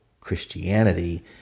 Christianity